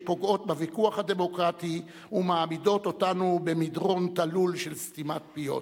שפוגעות בוויכוח הדמוקרטי ומעמידות אותנו במדרון תלול של סתימת פיות.